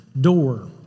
door